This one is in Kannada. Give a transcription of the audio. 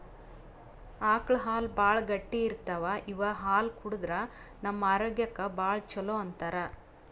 ಆಕಳ್ ಹಾಲ್ ಭಾಳ್ ಗಟ್ಟಿ ಇರ್ತವ್ ಇವ್ ಹಾಲ್ ಕುಡದ್ರ್ ನಮ್ ಆರೋಗ್ಯಕ್ಕ್ ಭಾಳ್ ಛಲೋ ಅಂತಾರ್